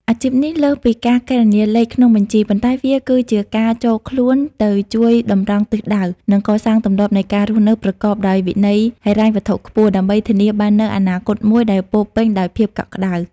អាជីពនេះលើសពីការគណនាលេខក្នុងបញ្ជី ប៉ុន្តែវាគឺជាការចូលខ្លួនទៅជួយតម្រង់ទិសដៅ និងកសាងទម្លាប់នៃការរស់នៅប្រកបដោយវិន័យហិរញ្ញវត្ថុខ្ពស់ ដើម្បីធានាបាននូវអនាគតមួយដែលពោរពេញដោយភាពកក់ក្ដៅ។